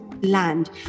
land